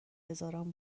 هزاران